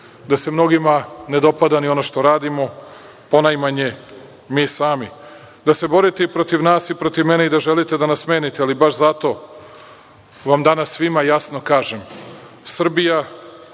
da se mnogima ne dopada ni ono što radimo, ponajmanje mi sami, da se borite i protiv nas i protiv mene i da želite da nas smenite, ali baš zato vam danas svima jasno kažem